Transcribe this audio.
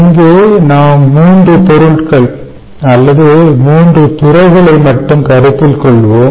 இங்கு நாம் 3 பொருட்கள் அல்லது 3 துறைகளை மட்டுமே கருத்தில் கொள்வோம்